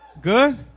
Good